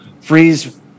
freeze